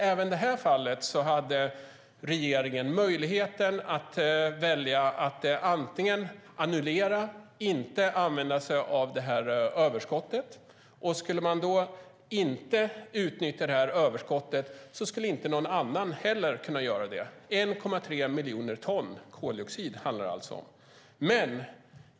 Även i detta fall hade regeringen möjlighet att välja att annullera - inte använda sig av överskottet. Om man inte utnyttjade överskottet skulle heller ingen annan kunna göra det. Det handlar alltså om 1,3 miljoner ton koldioxid.